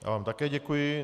Já vám také děkuji.